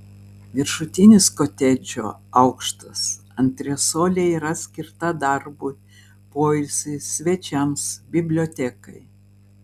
viršutinis kotedžo aukštas antresolė yra skirta darbui poilsiui svečiams bibliotekai